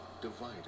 divided